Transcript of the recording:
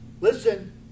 listen